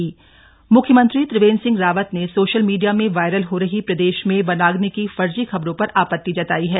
वनाग्नि fake news म्ख्यमंत्री त्रिवेंद्र सिंह रावत ने सोशल मीडिया में वायरल हो रही प्रदेश में वनाग्नि की फर्ज़ी खबरों पर आपति जताई है